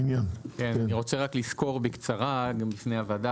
אני רוצה לסקור בקצרה גם בפני הוועדה,